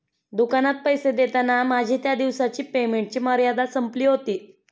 दुकानात पैसे देताना माझी त्या दिवसाची पेमेंटची मर्यादा संपली होती